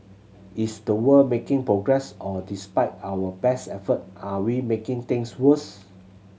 is the world making progress or despite our best effort are we making things worse